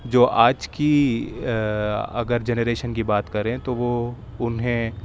جو آج کی اگر جنریشن کی بات کریں تو وہ انہیں